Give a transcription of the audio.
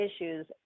issues